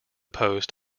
post